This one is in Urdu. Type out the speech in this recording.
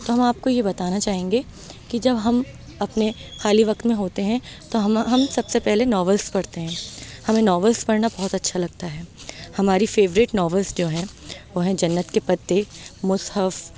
تو ہم آپ کو یہ بتانا چاہیں گے کہ جب ہم اپنے خالی وقت میں ہوتے ہیں تو ہم ہم سب سے پہلے ناولس پڑھتے ہیں ہمیں ناولس پڑھنا بہت اچھا لگتا ہے ہماری فیوریٹ ناولس جو ہیں وہ ہیں جنت کے پتے مصحف